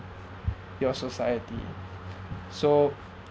your society so